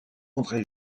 andré